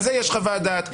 על זה יש חוות דעת.